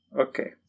Okay